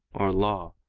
or law.